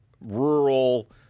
rural